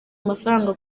amafaranga